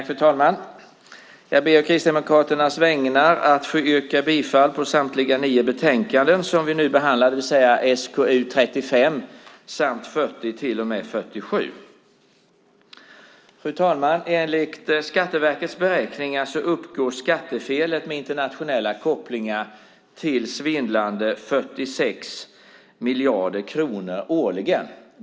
Fru talman! Jag ber å Kristdemokraternas vägnar att få yrka bifall till förslagen i samtliga nio betänkanden som vi nu behandlar, det vill säga SkU35 samt SkU40-47. Fru talman! Enligt Skatteverkets beräkningar uppgår skattefelet när det gäller internationella kopplingar till svindlande 46 miljarder kronor årligen.